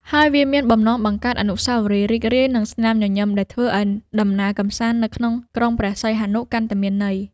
ហើយវាមានបំណងបង្កើតអនុស្សាវរីយ៍រីករាយ និងស្នាមញញឹមដែលធ្វើឱ្យដំណើរកម្សាន្តនៅក្រុងព្រះសីហនុកាន់តែមានន័យ។